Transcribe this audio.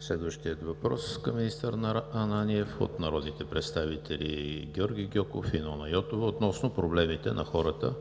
Следващият въпрос към министър Ананиев е от народните представители Георги Гьоков и Нона Йотова относно проблемите на хората